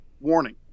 warning